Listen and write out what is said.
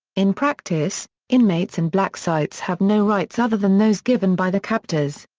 in practice, inmates in black sites have no rights other than those given by the captors.